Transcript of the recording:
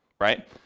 right